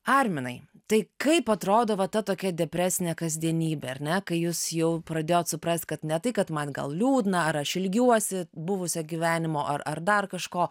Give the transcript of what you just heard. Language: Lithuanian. arminai tai kaip atrodo va ta tokia depresinė kasdienybė ar ne kai jūs jau pradėjot suprast kad ne tai kad man gal liūdna ar aš ilgiuosi buvusio gyvenimo ar ar dar kažko